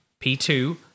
p2